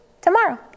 tomorrow